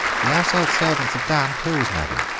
the household servants have downed tools madame,